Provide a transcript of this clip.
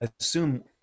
assume